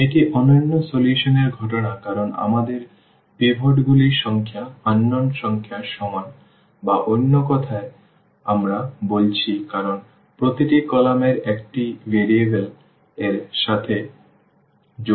এটি অনন্য সমাধান এর ঘটনা কারণ আমাদের পিভটগুলির সংখ্যা অজানা সংখ্যার সমান বা অন্য কথায় আমরা বলছি কারণ প্রতিটি কলাম এর একটি পরিবর্তনশীল এর সাথে যুক্ত